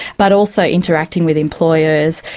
but also interacting with employers,